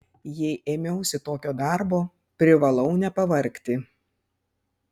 jei ėmiausi tokio darbo privalau nepavargti